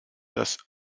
das